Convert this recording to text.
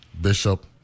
bishop